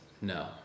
no